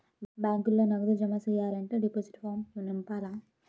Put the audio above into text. బ్యాంకులో నగదు జమ సెయ్యాలంటే డిపాజిట్ ఫారం నింపాల